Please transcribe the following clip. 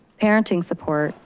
parenting support,